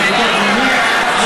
של הביטוח הלאומי,